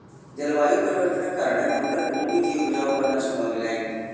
जलवायु परिवर्तनक कारणेँ हुनकर भूमि के उपजाऊपन नष्ट भ गेलैन